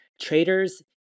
Traders